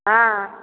हाँ